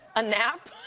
a nap.